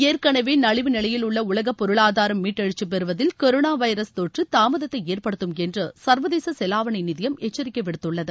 ஏற்கனவே நலிவு நிலையிலுள்ள உலக பொருளாதாரம் மீட்டெழுச்சி பெறுவதில் கொரோனோ வைரஸ் தொற்று தாமதத்தை ஏற்படுத்தும் என்று சர்வதேச செலாவணி நிதியம் எச்சரிக்கை விடுத்துள்ளது